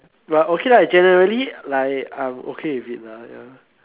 but okay lah generally like I'm okay with it lah ya